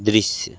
दृश्य